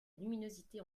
luminosité